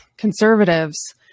conservatives